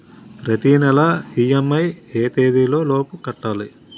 ప్రతినెల ఇ.ఎం.ఐ ఎ తేదీ లోపు కట్టాలి?